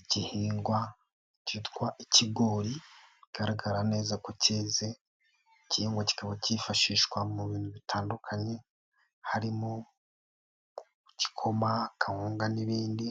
Igihingwa kitwa ikigori kigaragara neza ku keze, kirimo kikaba kifashishwa mu bintu bitandukanye harimo igikoma kawunga n'ibindi,